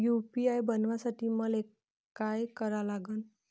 UPI बनवासाठी मले काय करा लागन?